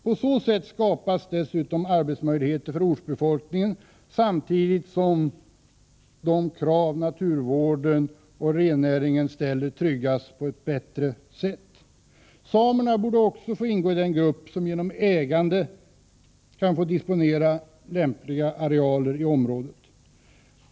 På så sätt skapas dessutom arbetsmöjligheter för ortsbefolkningen samtidigt som de krav som naturvården och rennäringen ställer tryggas på ett bättre sätt. Samerna borde också ingå i den grupp som genom ägande kan få disponera lämpliga arealer i området.